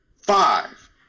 five